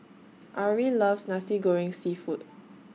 Arie loves Nasi Goreng Seafood